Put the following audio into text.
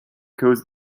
cause